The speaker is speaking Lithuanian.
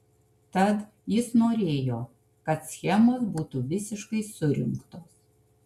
tad jis norėjo kad schemos būtų visiškai surinktos